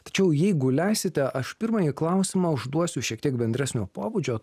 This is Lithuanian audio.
tačiau jeigu leisite aš pirmąjį klausimą užduosiu šiek tiek bendresnio pobūdžio